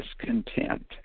discontent